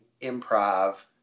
improv